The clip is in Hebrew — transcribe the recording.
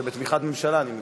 זה בתמיכת ממשלה, אני מבין.